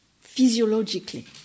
physiologically